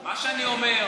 אני לא יודע אם אתה,